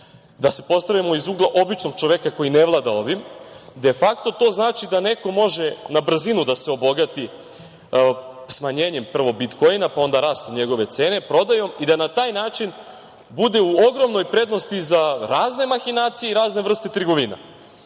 da se postavimo iz ugla običnog čoveka koji ne vlada ovim, defakto to znači da neko može na brzinu da se obogati smanjenjem prvo bitkoina, pa onda rastom njegove cene, prodajom i da na taj način bude u ogromnoj prednosti za razne mahinacije i razne vrste trgovina. Vidim